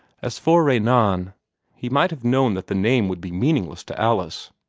as for renan, he might have known that the name would be meaningless to alice.